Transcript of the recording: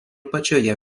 pačioje